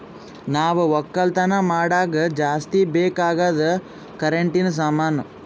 ನಾವ್ ಒಕ್ಕಲತನ್ ಮಾಡಾಗ ಜಾಸ್ತಿ ಬೇಕ್ ಅಗಾದ್ ಕರೆಂಟಿನ ಸಾಮಾನು